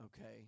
okay